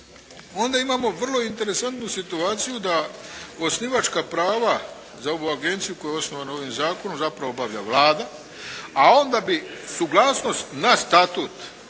Onda imamo vrlo interesantnu situaciju da osnivačka prava za ovu agenciju koja je osnovana ovim zakonom zapravo obavlja Vlada, a onda bi suglasnost na statut